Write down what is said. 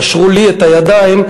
קשרו לי את הידיים,